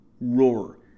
roar